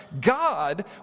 God